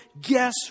guess